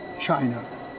China